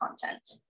content